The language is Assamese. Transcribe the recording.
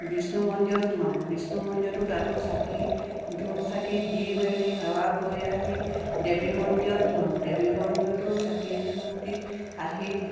বিষ্ণু মন্দিৰত সোমাম বিষ্ণু মন্দিৰতো চাকি ধূপ চাকি দি মেলি সেৱা কৰি আহি দেৱী মন্দিৰত সোমাম দেৱী মন্দিৰতো চাকি ধূপ দি আহি